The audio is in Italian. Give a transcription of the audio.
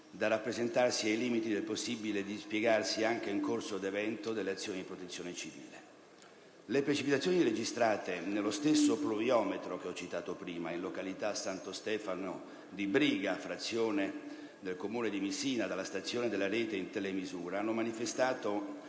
da rappresentarsi ai limiti del possibile dispiegarsi anche in corso di evento dell'azione di protezione civile. Le precipitazioni registrate nello stesso pluviometro che ho citato prima, in località Santo Stefano di Briga, frazione del Comune di Messina, dalla stazione della rete in telemisura, hanno manifestato